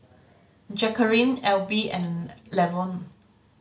Jacquelin Elby and Lavonne